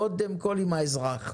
קודם כל מיטיב עם האזרח.